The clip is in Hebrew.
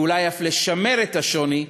ואולי אף לשמר את השוני,